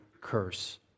curse